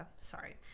sorry